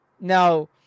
Now